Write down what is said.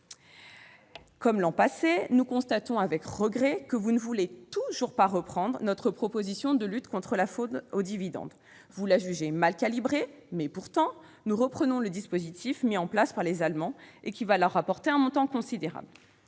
Comme l'an passé, nous constatons avec regret que vous ne voulez toujours pas reprendre notre proposition de lutte contre la fraude aux dividendes : vous la jugez mal calibrée. Pourtant, nous reprenons le dispositif mis en place par les Allemands, dispositif qui va leur rapporter un montant considérable.